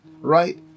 right